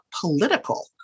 political